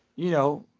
you know.